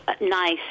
nice